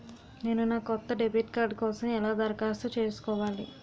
నేను నా కొత్త డెబిట్ కార్డ్ కోసం ఎలా దరఖాస్తు చేసుకోవాలి?